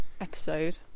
episode